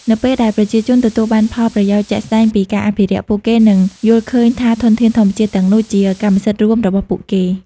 នៅពេលដែលប្រជាជនទទួលបានផលប្រយោជន៍ជាក់ស្ដែងពីការអភិរក្ស ពួកគេនឹងយល់ឃើញថាធនធានធម្មជាតិទាំងនោះជាកម្មសិទ្ធិរួមរបស់ពួកគេ។